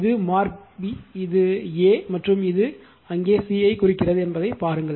இது mark B இது A மற்றும் இங்கே அது C ஐ குறிக்கிறது என்பதை பாருங்கள்